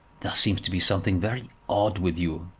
there seems to be something very odd with you,